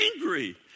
angry